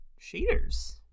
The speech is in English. shaders